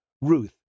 Ruth